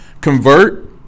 convert